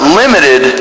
limited